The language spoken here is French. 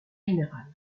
général